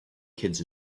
kids